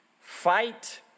Fight